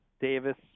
Davis